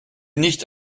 nicht